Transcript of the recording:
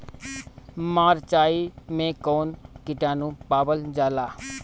मारचाई मे कौन किटानु पावल जाला?